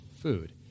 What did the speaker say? food